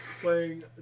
Playing